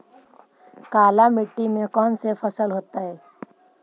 काला मिट्टी में कौन से फसल होतै?